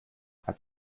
hat